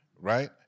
right